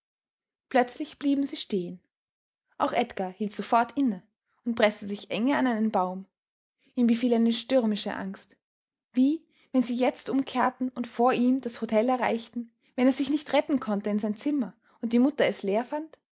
plötzlich blieben sie stehen auch edgar hielt sofort inne und preßte sich enge an einen baum ihn befiel eine stürmische angst wie wenn sie jetzt umkehrten und vor ihm das hotel erreichten wenn er sich nicht retten konnte in sein zimmer und die mutter es leer fand